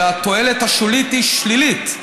אלא התועלת השולית היא שלילית.